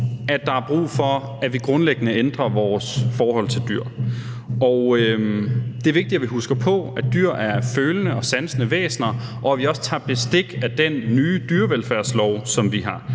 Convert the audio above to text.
at der er brug for, at vi grundlæggende ændrer vores forhold til dyr. Det er vigtigt, at vi husker på, at dyr er følende og sansende væsener, og at vi også tager bestik af den nye dyrevelfærdslov, som vi har